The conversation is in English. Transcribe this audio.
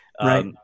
Right